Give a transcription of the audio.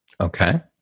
Okay